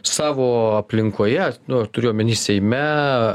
savo aplinkoje nu turiu omeny seime